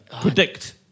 Predict